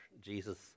Jesus